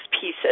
pieces